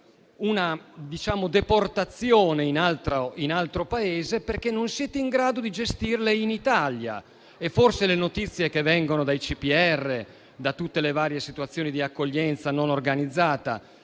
una deportazione in altro Paese, perché non siete in grado di gestire questi flussi in Italia. Le notizie che vengono dai CPR, da tutte le varie situazioni di accoglienza non organizzata,